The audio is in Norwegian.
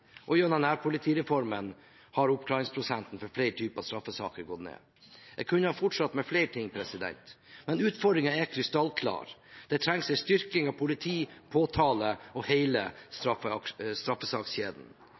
og gjennom nærpolitireformen har oppklaringsprosenten for flere typer straffesaker gått ned. Jeg kunne ha fortsatt med flere ting, men utfordringen er krystallklar: Det trengs en styrking av politi, påtale og hele straffesakskjeden.